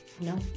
No